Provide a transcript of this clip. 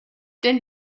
denn